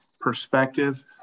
perspective